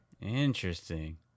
Interesting